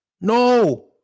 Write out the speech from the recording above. no